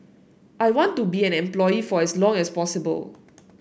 I want to be an employee for as long as possible